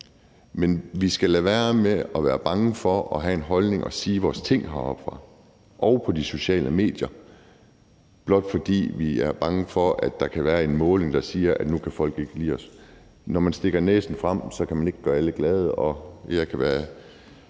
Men vi skal lade være med at være bange for at have en holdning og sige vores ting heroppefra og på de sociale medier, altså blot fordi vi er bange for, at der kan være en måling, der siger, at nu kan folk ikke lide os. Når man stikker næsen frem, kan man ikke gøre alle glade, og jeg kan være